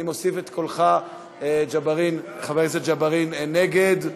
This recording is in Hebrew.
אני מוסיף את קולך, חבר הכנסת ג'בארין, נגד,